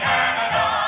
Canada